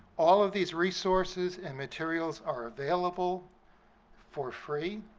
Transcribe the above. all of these resources and materials are available for free